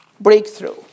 Breakthrough